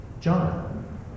John